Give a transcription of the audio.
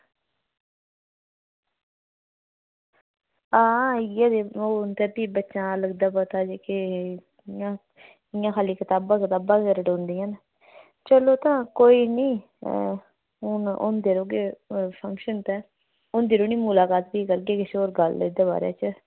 हां इ'यै दे होन ते फ्ही बच्चे दा लगदा पता जेह्के इ'यां इ'यां खाल्ली कताबां कताबां गै रटोंदियां न चलो तां कोई निं हून होंदे रौहंगे फंक्शन ते होंदी रौह्नी मुलाकात ते फ्ही करदे रौह्गे गल्ल एह्दे बारे च